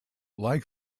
like